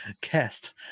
cast